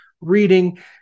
reading